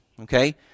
okay